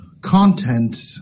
content